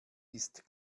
ist